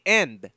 end